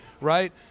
right